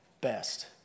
best